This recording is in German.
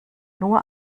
nur